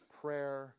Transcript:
prayer